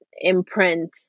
imprint